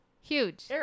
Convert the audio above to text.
Huge